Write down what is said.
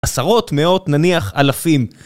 עשרות מאות נניח אלפים